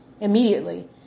immediately